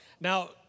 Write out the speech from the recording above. now